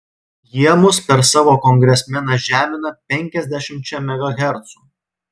jie mus per savo kongresmeną žemina penkiasdešimčia megahercų